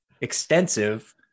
extensive